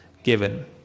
Given